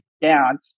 down